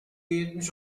yetmiş